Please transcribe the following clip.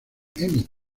emmy